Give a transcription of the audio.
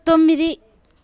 తొమ్మిది